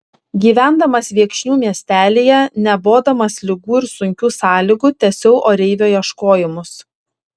gyvendamas viekšnių miestelyje nebodamas ligų ir sunkių sąlygų tęsiau oreivio ieškojimus